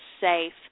safe